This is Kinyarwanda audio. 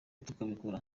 tukabikora